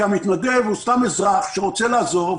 המתנדב הוא סתם אזרח שרוצה לעזור.